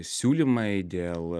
siūlymai dėl